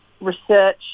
research